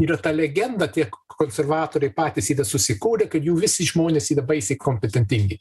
yra ta legenda tie konservatoriai patys susikūrė kad jų visi žmonės yra baisiai kompetentingi